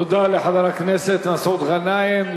תודה לחבר הכנסת מסעוד גנאים.